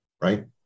right